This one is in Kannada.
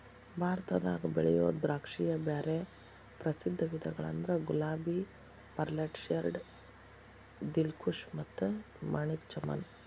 ಭಾರತದಾಗ ಬೆಳಿಯೋ ದ್ರಾಕ್ಷಿಯ ಬ್ಯಾರೆ ಪ್ರಸಿದ್ಧ ವಿಧಗಳಂದ್ರ ಗುಲಾಬಿ, ಪರ್ಲೆಟ್, ಶೇರ್ಡ್, ದಿಲ್ಖುಷ್ ಮತ್ತ ಮಾಣಿಕ್ ಚಮನ್